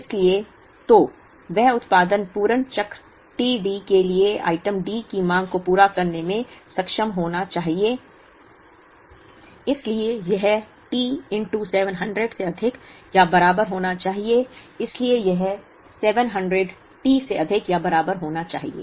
इसलिए तो वह उत्पादन पूर्ण चक्र t D के लिए आइटम D की मांग को पूरा करने में सक्षम होना चाहिए इसलिए यह T 700 से अधिक या बराबर होना चाहिए इसलिए यह 700 T से अधिक या बराबर होना चाहिए